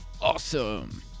awesome